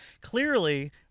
Clearly